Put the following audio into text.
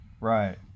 Right